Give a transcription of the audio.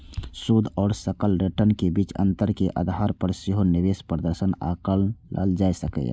शुद्ध आ सकल रिटर्न के बीच अंतर के आधार पर सेहो निवेश प्रदर्शन आंकल जा सकैए